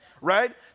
right